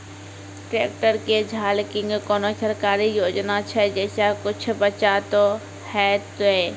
Tractor के झाल किंग कोनो सरकारी योजना छ जैसा कुछ बचा तो है ते?